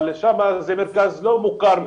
וזה מרכז לא מוכר.